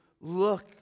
look